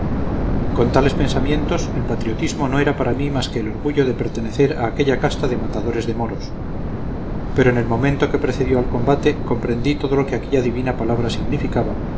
tales pensamientos el patriotismo no era para mí más que el orgullo de pertenecer a aquella casta de matadores de moros pero en el momento que precedió al combate comprendí todo lo que aquella divina palabra significaba